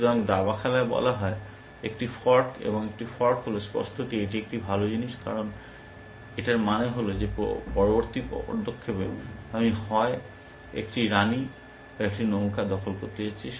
সুতরাং দাবা খেলায় বলা হয় একটি ফর্ক এবং একটি ফর্ক হল স্পষ্টতই এটি একটি ভাল জিনিস কারণ এটা বলার মানে হল যে পরবর্তী পদক্ষেপে আমি হয় একটি রানী বা একটি নৌকা দখল করতে যাচ্ছি